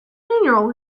funeral